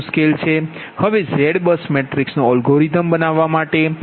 તેથી હવે ZBUS matrix નો અલ્ગોરિધમ બનાવવા માટે